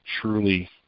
truly